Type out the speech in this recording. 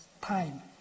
time